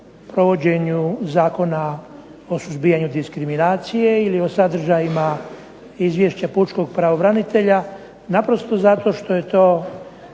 provođenju Zakona o suzbijanju diskriminacije ili o sadržajima Izvješća Pučkog pravobranitelja naprosto zato što se radi